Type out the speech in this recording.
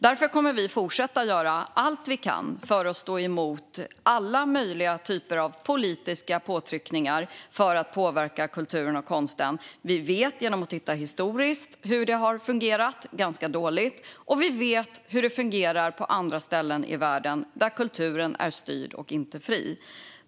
Vi kommer därför att fortsätta göra allt vi kan för att stå emot alla möjliga slags politiska påtryckningar som vill påverka kulturen och konsten. Genom att se tillbaka på historien vet vi hur det har fungerat - ganska dåligt - och vi vet hur det fungerar på andra ställen i världen där kulturen är styrd och inte fri.